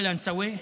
קלנסווה,